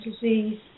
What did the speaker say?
disease